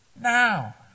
now